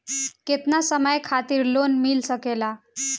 केतना समय खातिर लोन मिल सकेला?